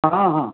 हां हां